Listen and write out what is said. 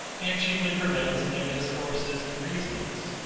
and chiefly prevails in their discourses and reasonings.